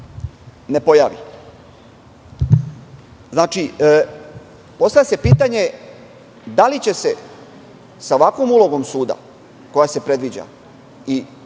ne pojavi. Postavlja se pitanje – da li će se sa ovakvom ulogom suda koja se predviđa i